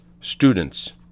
students